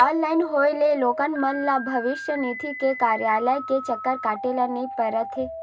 online होए ले लोगन ल अब भविस्य निधि के कारयालय के चक्कर काटे ल नइ परत हे